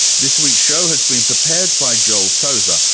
this week's show has been prepared by joel tozer,